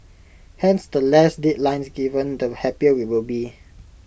hence the less deadlines given the happier we will be